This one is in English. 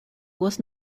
was